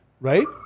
right